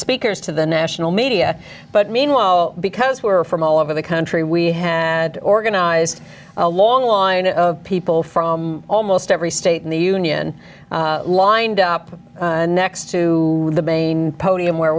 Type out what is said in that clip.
speakers to the national media but meanwhile because we were from all over the country we had organized a long line of people from almost every state in the union lined up next to the main podium where